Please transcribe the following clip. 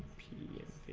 pdf